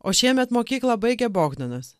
o šiemet mokyklą baigia bogdanas